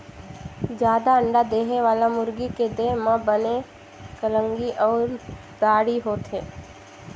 जादा अंडा देहे वाला मुरगी के देह म बने कलंगी अउ दाड़ी होथे